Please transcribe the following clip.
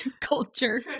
culture